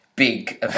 big